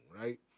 right